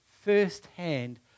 firsthand